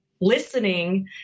listening